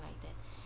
like that